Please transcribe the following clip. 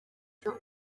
icyo